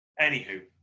Anywho